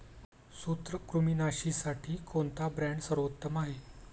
सूत्रकृमिनाशीसाठी कोणता ब्रँड सर्वोत्तम आहे?